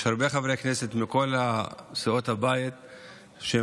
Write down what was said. יש הרבה חברי כנסת מכל סיעות הבית שחשוב